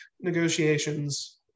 negotiations